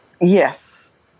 Yes